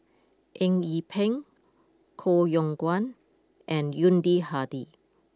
Eng Yee Peng Koh Yong Guan and Yuni Hadi